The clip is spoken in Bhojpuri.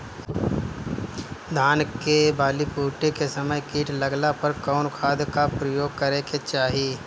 धान के बाली फूटे के समय कीट लागला पर कउन खाद क प्रयोग करे के चाही?